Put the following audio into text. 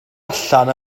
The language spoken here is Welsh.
allan